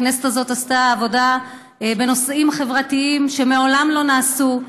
הכנסת הזאת עשתה בנושאים חברתיים עבודה שמעולם לא נעשתה,